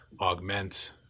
augment